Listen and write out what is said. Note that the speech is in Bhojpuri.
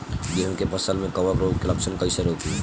गेहूं के फसल में कवक रोग के लक्षण कईसे रोकी?